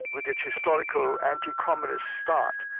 with its historical anti-communist start,